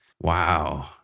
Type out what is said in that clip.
wow